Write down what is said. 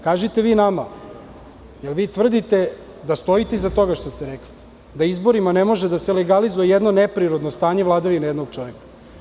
Kažite vi nama, da li vi tvrdite da stojite iza toga što ste rekli, da izborima ne može da se legalizuje jedno neprirodno stanje vladavine jednog čoveka?